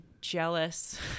jealous